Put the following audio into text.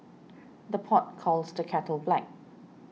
the pot calls the kettle black